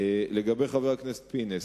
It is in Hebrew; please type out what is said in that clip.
לחבר הכנסת פינס,